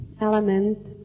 element